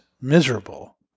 miserable